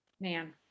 Man